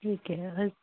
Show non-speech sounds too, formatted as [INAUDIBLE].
ਠੀਕ ਹੈ [UNINTELLIGIBLE]